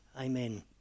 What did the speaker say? Amen